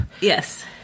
Yes